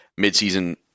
midseason